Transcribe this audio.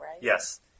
Yes